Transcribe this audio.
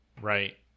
right